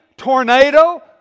tornado